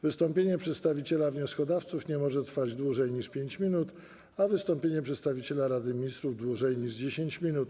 Wystąpienie przedstawiciela wnioskodawców nie może trwać dłużej niż 5 minut, a wystąpienie przedstawiciela Rady Ministrów - dłużej niż 10 minut.